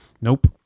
Nope